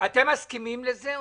לא.